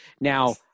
Now